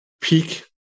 peak